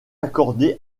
accordée